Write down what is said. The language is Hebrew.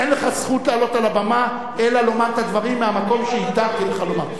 אין לך זכות לעלות על הבמה אלא לומר את הדברים מהמקום שהתרתי לך לומר.